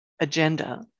agenda